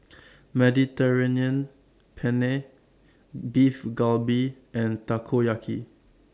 Mediterranean Penne Beef Galbi and Takoyaki